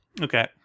Okay